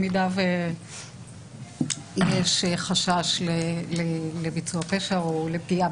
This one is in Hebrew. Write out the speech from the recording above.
כמובן שאם יש חשש לביצוע פשע או פגיעה